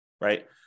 right